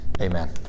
Amen